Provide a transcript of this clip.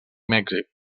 mèxic